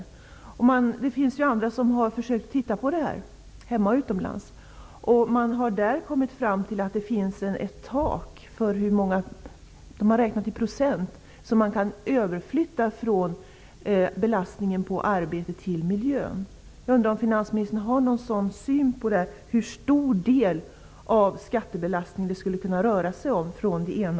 Det finns människor, både här hemma och utomlands, som har försökt titta närmare på dessa målkonflikter. Man har då kommit fram till att det finns ett tak -- man har uttryckt det i procent -- för hur mycket av belastningen på arbete som man kan flytta över till miljön. Jag undrar om finansministern har någon uppfattning om hur stor del av skattebelastningen på arbete som skulle kunna göras om till skattebelastning på miljöstörningar.